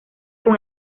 con